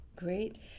Great